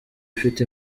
ufite